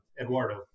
Eduardo